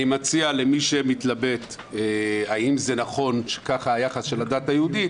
אני מציע למי שמתלבט האם נכון שככה היחס של הדת היהודית,